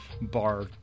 bar